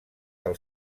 del